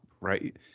right